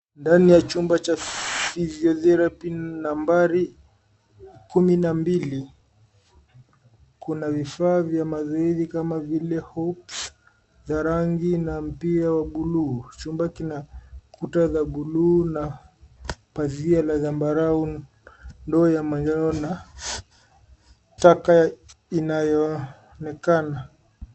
Ndani ya chumba cha Physiotherapy ...nambari kumi na mbili, kuna vifaaa vya mazoezi kama vile [c.s]hooks[c.s] za rangi na Mpira wa buluu. Chumba ni kuta za buluu na pazia la tambarara ndoo la manjano na ataka la manjano